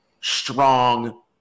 strong